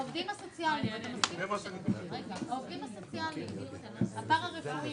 הסתייגות מספר 70 - "לעוסק שמחזור עסקאותיו אינו